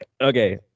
okay